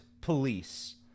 police